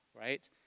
right